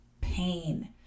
pain